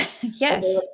Yes